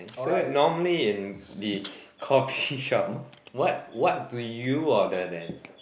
so normally in the coffee shop what what do you order then